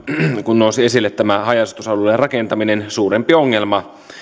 kun nousi esille tämä haja asutusalueiden rakentaminen että meille on suurempi ongelma